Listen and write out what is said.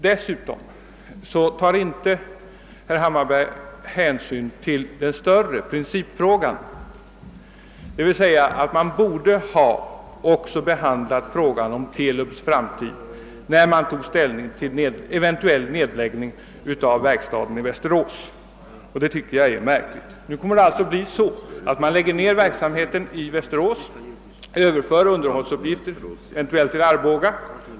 Dessutom har herr Hammarberg inte tagit hänsyn till den större frågan, principfrågan, d. v. s. att man också borde ha behandlat frågan om TELUB:s framtid, när man tog ställning till eventuell nedläggning av verkstaden i Västerås. Det tycker jag är märk ligt. Nu (kommer det alltså att bli så att man lägger ned verksamheten i Västerås och överför underhållsuppgiften eventuellt till Arboga.